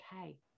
okay